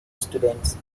students